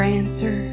answer